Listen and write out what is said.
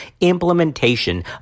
implementation